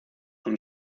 con